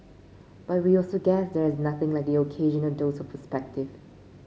but we also guess there's nothing like the occasional dose of perspective